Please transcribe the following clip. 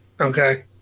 Okay